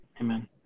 amen